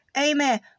Amen